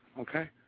Okay